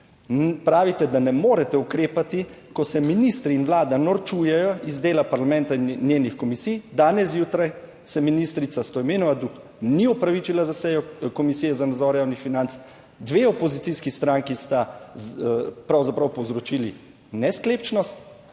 pravite, da ne morete ukrepati, ko se ministri in Vlada norčujejo iz dela parlamenta in njenih komisij - danes zjutraj se ministrica Stojmenova ni opravičila za sejo Komisije za nadzor javnih financ, dve opozicijski stranki sta pravzaprav povzročili nesklepčnost